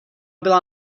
byla